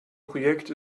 projekt